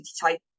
type